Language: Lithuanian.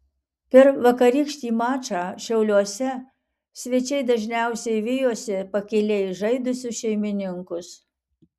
per vakarykštį mačą šiauliuose svečiai dažniausiai vijosi pakiliai žaidusius šeimininkus